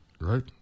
right